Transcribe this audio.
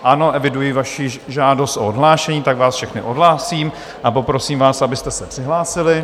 Ano, eviduji vaši žádost o odhlášení, tak vás všechny odhlásím a poprosím vás, abyste se přihlásili.